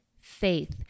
faith